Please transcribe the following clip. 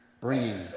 bringing